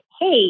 hey